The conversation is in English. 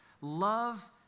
Love